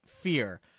fear